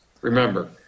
Remember